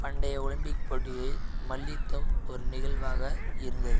பண்டைய ஒலிம்பிக் போட்டிகளில் மல்யுத்தம் ஒரு நிகழ்வாக இருந்தது